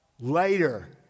later